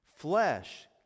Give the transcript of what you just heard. Flesh